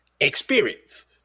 experience